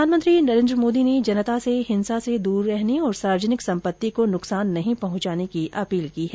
प्रधानमंत्री नरेन्द्र मोदी ने जनता से हिंसा से दूर रहने और सार्वजनिक संपत्ति को नुकसान नहीं पहुंचाने की अपील की है